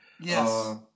Yes